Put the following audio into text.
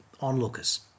onlookers